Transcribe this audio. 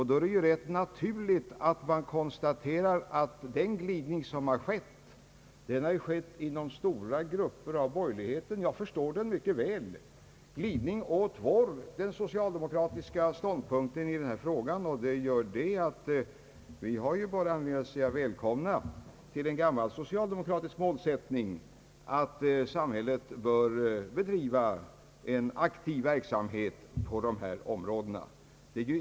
Då är det ganska naturligt att man konstaterar att det inom stora grupper av borgerligheten skett en glidning mot den socialdemokratiska ståndpunkten i denna fråga. Vi har då bara anledning att säga välkomna till en gammal socialdemokratisk målsättning, nämligen att samhället bör bedriva en aktiv verksamhet på detta område.